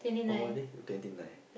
on what day the twenty nine